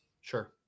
sure